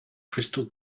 crystal